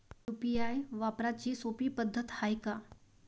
UPI वापराची सोपी पद्धत हाय का?